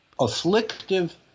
afflictive